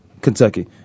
Kentucky